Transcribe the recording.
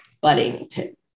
Buddington